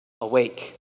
awake